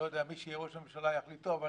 מי שיהיה ראש ממשלה יחליט: טוב,